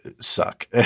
suck